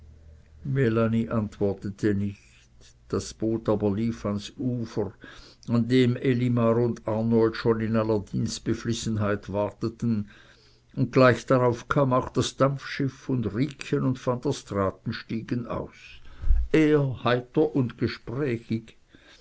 antwortete nicht das boot aber lief ans ufer an dem elimar und arnold schon in aller dienstbeflissenheit warteten und gleich darauf kam auch das dampfschiff und riekchen und van der straaten stiegen aus er heiter und gesprächig